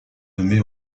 nommée